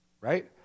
right